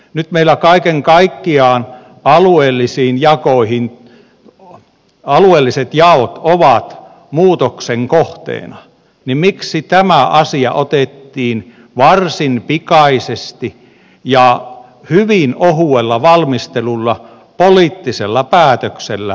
nyt kun meillä kaiken kaikkiaan alueelliset jaot ovat muutoksen kohteena niin miksi tämä asia otettiin varsin pikaisesti ja hyvin ohuella valmistelulla poliittisella päätöksellä hoidettavaksi